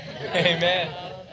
Amen